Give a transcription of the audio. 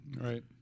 Right